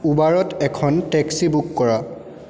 উবাৰত এখন taxi book কৰা